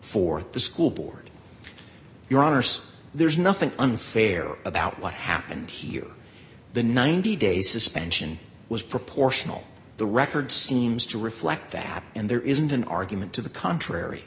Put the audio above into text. for the school board your arse there's nothing unfair about what happened here the ninety days suspension was proportional the record seems to reflect that and there isn't an argument to the contrary